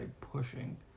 pushing